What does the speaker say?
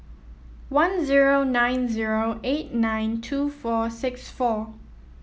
one zero nine zero eight nine two four six four